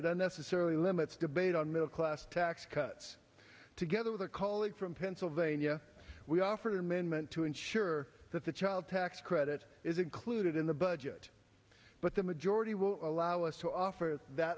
unnecessarily limits debate on middle class tax cuts together with a colleague from pennsylvania we offered an amendment to ensure that the child tax credit is included in the budget but the majority will allow us to offer that